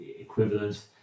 equivalent